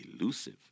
elusive